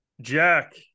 Jack